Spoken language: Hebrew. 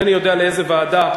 אינני יודע לאיזו ועדה,